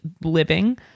living